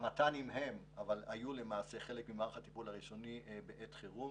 המת"נים היו למעשה חלק ממערך הטיפול הראשוני בעת חירום,